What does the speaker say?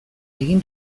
egin